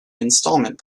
installment